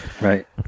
right